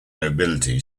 nobility